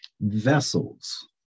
vessels